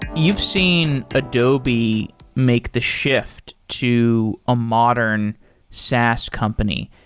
you've seen adobe make the shift to a modern saas company.